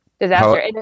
disaster